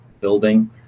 building